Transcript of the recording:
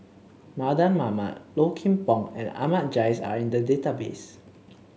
Mardan Mamat Low Kim Pong and Ahmad Jais are in the database